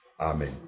Amen